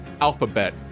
alphabet